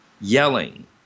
yelling